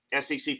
SEC